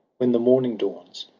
when the morning dawns,